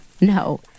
No